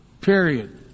Period